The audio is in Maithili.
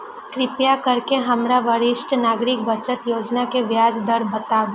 कृपा करके हमरा वरिष्ठ नागरिक बचत योजना के ब्याज दर बताबू